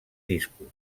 discos